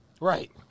right